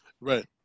Right